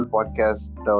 Podcast